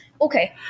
Okay